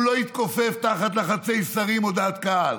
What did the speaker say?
הוא לא התכופף תחת לחצי שרים או דעת קהל.